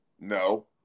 No